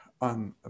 on